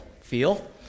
feel